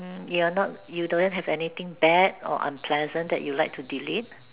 mm you're not you don't have anything bad or unpleasant that you like to delete